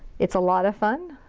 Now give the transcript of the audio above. it's a lot of fun.